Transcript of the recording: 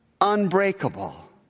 unbreakable